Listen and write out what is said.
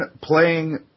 playing